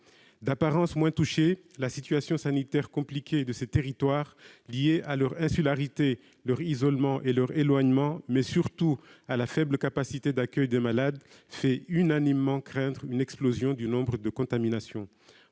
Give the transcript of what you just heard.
apparence moins touchés, leur situation sanitaire compliquée, liée à leur insularité, leur isolement et leur éloignement, mais surtout à la faible capacité d'accueil des malades, fait unanimement craindre une explosion du nombre de contaminations.